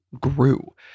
grew